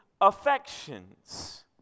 affections